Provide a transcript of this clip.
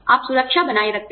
आप सुरक्षा बनाए रखते हैं